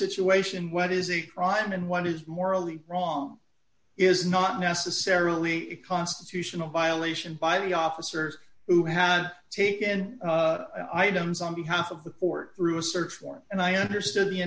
situation what is a crime and what is morally wrong is not necessarily a constitutional violation by the officers who have taken items on behalf of the fort through a search warrant and i understood the